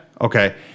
Okay